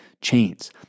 chains